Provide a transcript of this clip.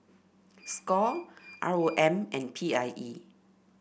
Score R O M and P I E